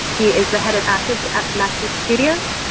he is the head of assets at method studios.